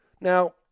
Now